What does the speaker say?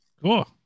Cool